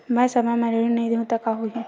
मैं समय म ऋण नहीं देहु त का होही